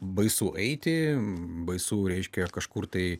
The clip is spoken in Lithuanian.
baisu eiti baisu reiškia kažkur tai